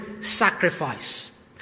sacrifice